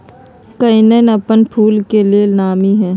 कनइल अप्पन फूल के लेल नामी हइ